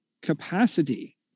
capacity